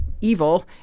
evil